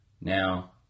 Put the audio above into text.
now